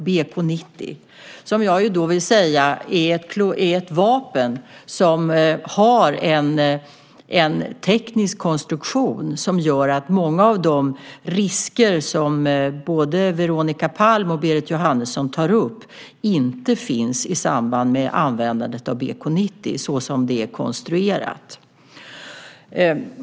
Det är också ett vapen, vill jag säga, med en teknisk konstruktion som gör att många av de risker som både Veronica Palm och Berit Jóhannesson tar upp inte finns i samband med användandet.